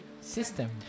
system